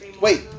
Wait